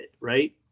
right